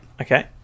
okay